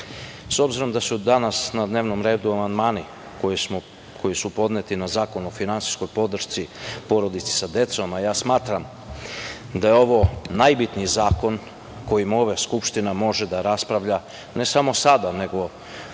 s obzirom da su danas na dnevnom redu amandmani koji su podneti na Zakon o finansijskoj podršci porodici sa decom, a ja smatram da je ovo najbitniji zakon o kojem ova Skupština može da raspravlja, ne samo sada, nego